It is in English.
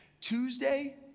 Tuesday